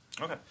Okay